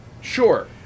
Sure